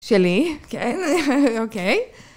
שלי, כן, אוקיי.